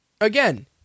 again